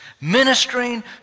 ministering